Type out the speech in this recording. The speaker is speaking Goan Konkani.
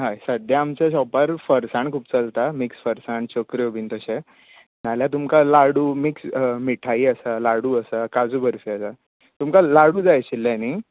हय सद्याक आमच्या शोपार फरसाण खूब चलता मिक्स फरसाण चोकऱ्यो बी तशें ना जाल्यार तुमका लाडू मिक्स मिठाई आसा लाडू आसात काजू बर्फी आसा तुमकां लाडू जाय आशिल्ली न्हय